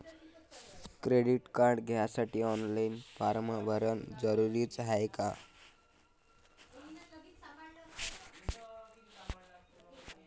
Credit card घ्यासाठी online form भरन जरुरीच हाय का?